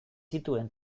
zituen